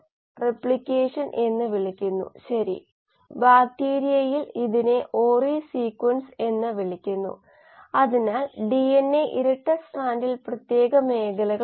ശ്രദ്ധിയ്ക്കുക നമ്മൾ ഇന്റർസെല്ലുലാർ മെറ്റബോളിറ്റുകളിൽ ബാലൻസുകൾ എഴുതുകയാണെങ്കിൽ കോശത്തിനെ നമ്മളുടെ സിസ്റ്റമായി നമ്മൾ കണക്കാക്കുന്നു ഇതാണ് നമ്മുടെ സിസ്റ്റം കോശത്തിനുള്ളിലെ മെറ്റബോളിറ്റുകളിൽ നമ്മൾ ബാലൻസ് എഴുതുന്നു